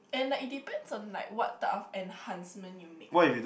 and the it depends on like what type of enhancement you make